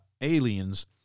aliens